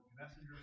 Messengers